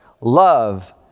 Love